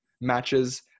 matches